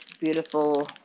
beautiful